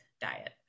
diet